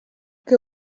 che